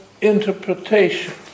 interpretation